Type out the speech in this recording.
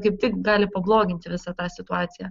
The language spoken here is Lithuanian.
kaip tik gali pabloginti visą tą situaciją